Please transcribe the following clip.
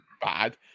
bad